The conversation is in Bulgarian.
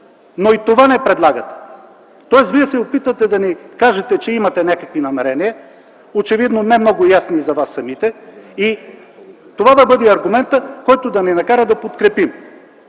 Но и това не предлагате. Тоест вие се опитвате да ни кажете, че имате някакви намерения, очевидно не много ясни и за вас самите, и това да бъде аргументът, който да ни накара да ви подкрепим.